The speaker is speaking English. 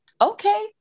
Okay